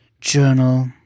journal